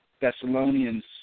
Thessalonians